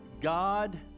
God